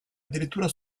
addirittura